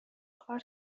کار